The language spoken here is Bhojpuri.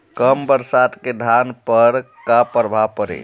कम बरसात के धान पर का प्रभाव पड़ी?